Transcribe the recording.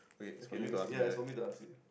okay let me see ya it's for me to ask you